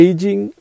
Aging